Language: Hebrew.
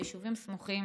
ביישובים סמוכים